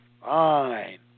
fine